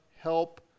help